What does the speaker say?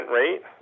rate